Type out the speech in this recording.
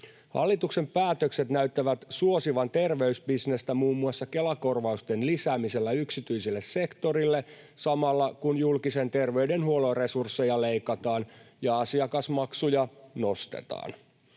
Hallituksen päätökset näyttävät suosivan terveysbisnestä muun muassa Kela-korvausten lisäämisellä yksityiselle sektorille, samalla kun julkisen terveydenhuollon resursseja leikataan ja asiakasmaksuja nostetaan.